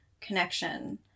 connection